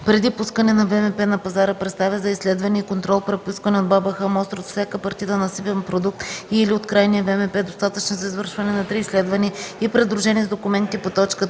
преди пускане на ВМП на пазара представя за изследване и контрол при поискване от БАБХ мостри от всяка партида насипен продукт и/или от крайния ВМП, достатъчни за извършване на три изследвания и придружени с документите по т.